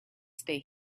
stay